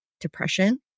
depression